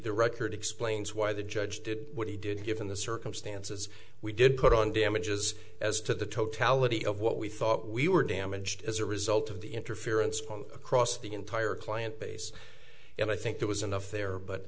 record explains why the judge did what he did given the circumstances we did put on damages as to the totality of what we thought we were damaged as a result of the interference from across the entire client base and i think it was enough there but